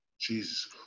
Jesus